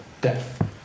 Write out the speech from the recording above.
death